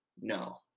No